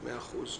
מאה אחוז.